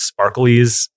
sparklies